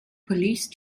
police